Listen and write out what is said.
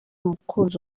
umukunzi